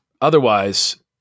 Otherwise